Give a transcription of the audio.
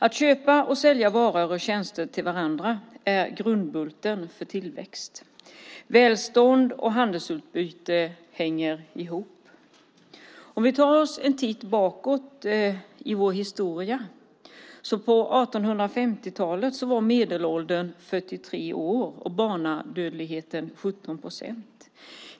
Att köpa och sälja varor och tjänster till varandra är grundbulten för tillväxt. Välstånd och handelsutbyte hänger ihop. Om vi tar en titt bakåt i vår historia var medelåldern på 1850-talet 43 år och barnadödligheten 17 procent.